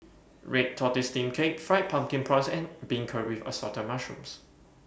Red Tortoise Steamed Cake Fried Pumpkin Prawns and Beancurd with Assorted Mushrooms